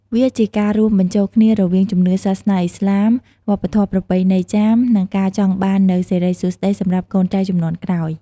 វាជាការរួមបញ្ចូលគ្នារវាង ជំនឿសាសនាឥស្លាម វប្បធម៌ប្រពៃណីចាម និងការចង់បាននូវសិរីសួស្តី សម្រាប់កូនចៅជំនាន់ក្រោយ។